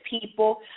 people